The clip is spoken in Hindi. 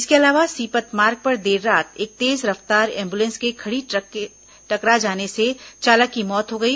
इसके अलावा सीपत मार्ग पर देर रात एक तेज रफ्तार एंबुलेंस के खड़ी ट्रक से टकरा जाने से चालक की मौत हो गई